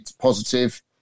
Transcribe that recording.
positive